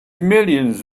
millions